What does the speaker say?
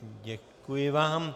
Děkuji vám.